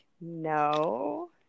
no